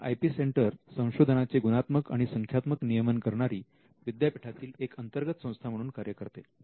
तेव्हा I P centre संशोधनाचे गुणात्मक आणि संख्यात्मक नियमन करणारी विद्यापीठातील एक अंतर्गत संस्था म्हणून कार्य करते